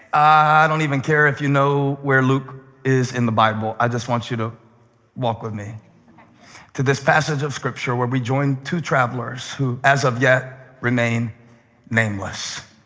i don't even care if you know where luke is in the bible. i just want you to walk with me to this passage of scripture where we join two travelers who as of yet remain nameless.